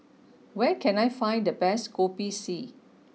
where can I find the best Kopi C